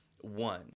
one